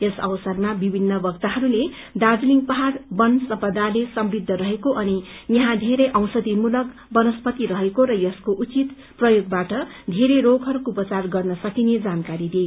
यस अवसरमा विभिन्न वक्ताहरूले दार्जीलिङ पहाड़ बन सम्पदाले समृद्ध रहेको अनि यहाँ धेरै औषयी मूलक बनस्पती रहेको र यसको उचित प्रयोगबाट वेरै रोगहरूको उपचार गर्न सकिने जानकारी दिए